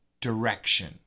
direction